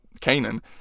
canaan